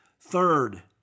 Third